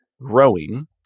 growing